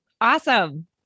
Awesome